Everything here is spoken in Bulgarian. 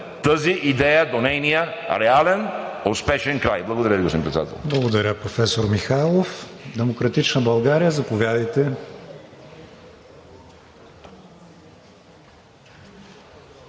тази идея до нейния реален, успешен край. Благодаря Ви, господин Председател.